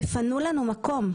תפנו לנו מקום.